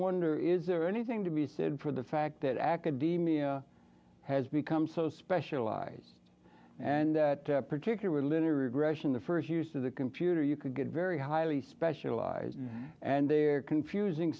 wonder is there anything to be said for the fact that academia has become so specialized and that particular litter regression the first use of the computer you could get very highly specialized and they're confusing